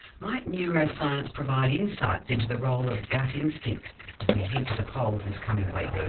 might neuroscience provide insights into the role of gut instinct as we head to the polls this coming week?